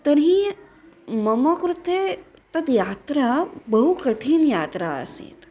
तर्हि मम कृते तद् यात्रा बहु कठिनयात्रा आसीत्